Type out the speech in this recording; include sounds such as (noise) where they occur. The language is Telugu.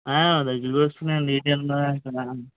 దగ్గరకు వస్తున్నాయి అండి (unintelligible) కదా